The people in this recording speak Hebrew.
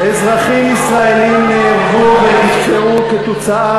אזרחים ישראלים נהרגו ונפצעו כתוצאה